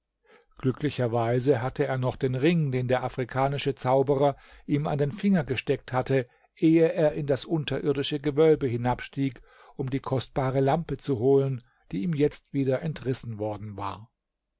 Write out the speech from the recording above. glücklicherweise hatte er noch den ring den der afrikanische zauberer ihm an den finger gesteckt hatte ehe er in das unterirdische gewölbe hinabstieg um die kostbare lampe zu holen die ihm jetzt wieder entrissen worden war